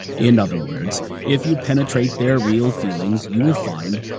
in other words, if you penetrate their real feelings, you will find,